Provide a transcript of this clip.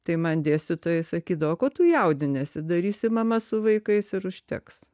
tai man dėstytojai sakydavo ko tu jaudiniesi darysi mama su vaikais ir užteks